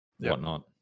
whatnot